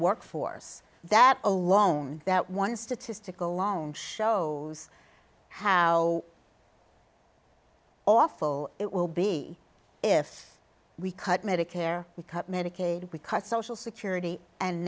workforce that alone that one statistic alone shows how awful it will be if we cut medicare we cut medicaid we cut social security and